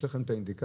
יש לכם אינדיקציה?